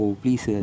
please